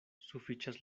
sufiĉas